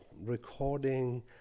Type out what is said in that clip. recording